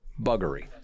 buggery